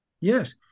Yes